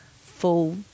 full